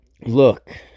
look